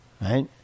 Right